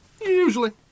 Usually